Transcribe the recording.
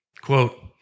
quote